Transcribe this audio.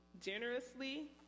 generously